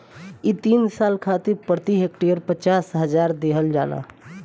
इ तीन साल खातिर प्रति हेक्टेयर पचास हजार देहल जाला